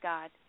God